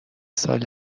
ساله